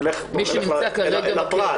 נלך אל הפרט,